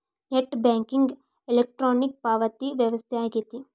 net banking electronic ಪಾವತಿ ವ್ಯವಸ್ಥೆ ಆಗೆತಿ